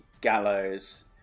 gallows